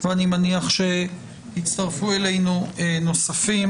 אני מניח שיצטרפו אלינו נוספים.